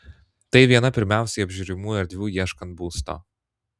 tai viena pirmiausiai apžiūrimų erdvių ieškant būsto